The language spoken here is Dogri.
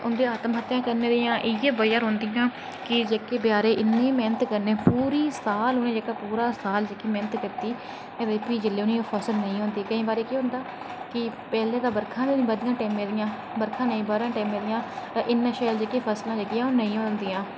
उंदियां आत्म हत्या करने दियां इयै बजह् रौंह्दियां कि बेचैरें इन्नी मैह्नत कन्नै बचैरे पूरे साल मैह्नत कीती ते फ्ही उनेंगी ओह् फसल नेईं होंदी केईं बारी केह् होंदा पैह्लें दे बर्खां गै नी बरदियां टैमें दियां बर्खां गै नी बरन टैमें दियां ते इन्नियां शैल फसलां जेह्कियां ओह् नेईं होंदियां